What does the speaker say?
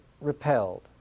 repelled